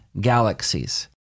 galaxies